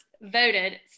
voted